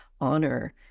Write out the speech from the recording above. honor